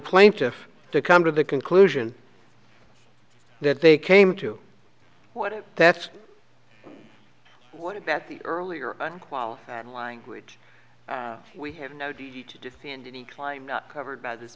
plaintiff to come to the conclusion that they came to what it that's what about the earlier unqualified language we have no duty to defend any claim not covered by this